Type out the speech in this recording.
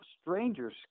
strangers